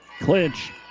Clinch